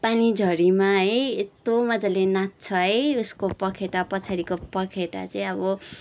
पानी झरीमा है यस्तो मज्जाले नाच्छ है उसको पखेटा पछाडिको पखेटा चाहिँ अब